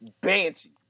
Banshee